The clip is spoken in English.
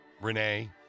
Renee